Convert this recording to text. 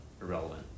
irrelevant